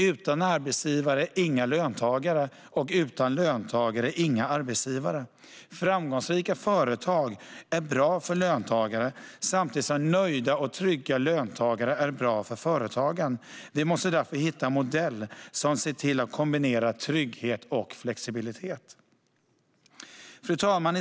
Utan arbetsgivare har vi inga löntagare och utan löntagare inga arbetsgivare. Framgångsrika företag är bra för löntagare, samtidigt som nöjda och trygga löntagare är bra för företagen. Vi måste därför hitta en modell som ser till att kombinera trygghet och flexibilitet. Fru talman!